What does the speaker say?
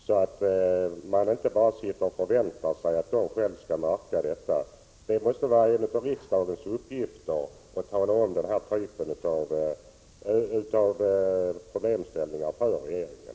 Vi kan inte bara sitta här och förvänta oss att regeringen skall märka behovet av en samordning. Det måste vara en av riksdagens uppgifter att påtala denna typ av problemställningar för regeringen.